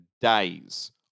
days